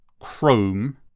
Chrome